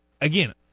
again